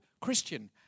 Christian